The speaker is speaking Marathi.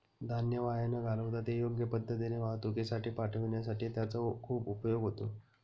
धान्य वाया न घालवता ते योग्य पद्धतीने वाहतुकीसाठी पाठविण्यासाठी त्याचा खूप उपयोग होतो